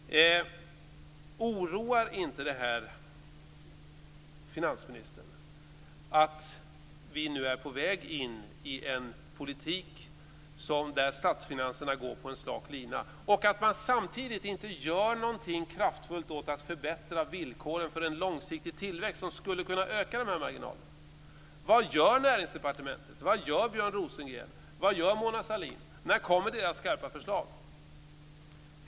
Oroar det inte finansministern att vi nu är på väg in i en politik där statsfinanserna går på en slak lina och att man samtidigt inte gör något kraftfullt åt att förbättra villkoren för en långsiktig tillväxt som skulle kunna öka dessa marginaler? Vad gör Näringsdepartementet, vad gör Björn Rosengren, och vad gör Mona Sahlin? När kommer deras skarpa förslag?